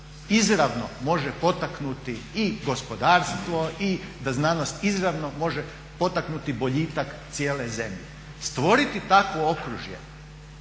izravno može potaknuti i gospodarstvo i da znanost izravno može potaknuti boljitak cijele zemlje. Stvoriti takvo okružje